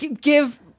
give